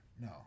no